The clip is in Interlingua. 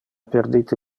perdite